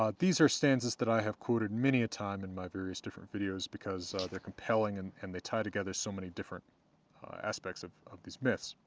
ah these are stanzas that i have quoted many a time in my various different videos, because they're compelling and and they tie together so many different aspects of of these myths.